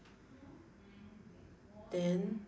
then